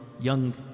young